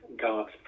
God's